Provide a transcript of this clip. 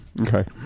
Okay